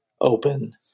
open